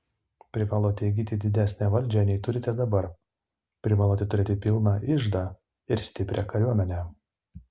privalote įgyti didesnę valdžią nei turite dabar privalote turėti pilną iždą ir stiprią kariuomenę